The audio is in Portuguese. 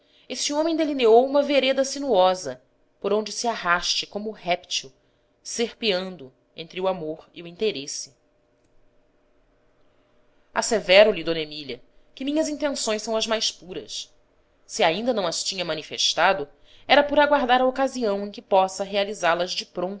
esse homem delineou uma vereda sinuosa por onde se arraste como o réptil serpeando entre o amor e o interesse assevero lhe d emília que minhas intenções são as mais puras se ainda não as tinha manifestado era por aguardar a ocasião em que possa realizá las de